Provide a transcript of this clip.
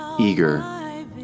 eager